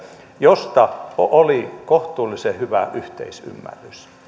josta oli kohtuullisen hyvä yhteisymmärrys